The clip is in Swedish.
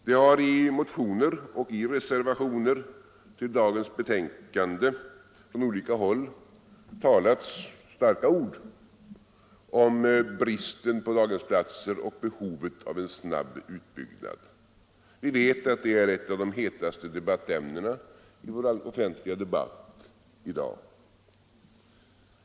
Det har i motioner och i reservationer till dagens betänkande från olika håll talats starka ord om bristen på daghemsplatser och om behovet av en snabb utbyggnad. Vi vet att det är ett av de hetaste debattämnena i vår offentliga debatt i dag.